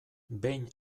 behin